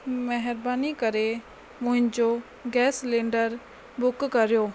महिरबानी करे मुहिंजो गैस सिलेंडर बुक करियो